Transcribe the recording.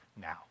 now